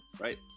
right